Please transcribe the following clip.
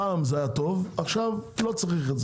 פעם זה היה טוב עכשיו לא צריך.